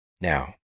Now